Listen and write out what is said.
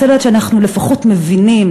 רוצה לדעת שאנחנו לפחות מבינים,